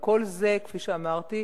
אבל כל זה, כפי שאמרתי,